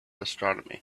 astronomy